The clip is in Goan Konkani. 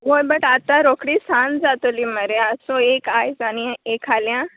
हय बट आतां रोकडी सांज जातोली मरे आसूं एक आयज आनी एक फाल्यां